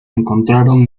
encontraron